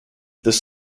this